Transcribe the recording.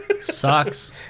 sucks